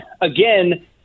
again